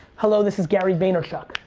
hello this is gary vaynerchuk.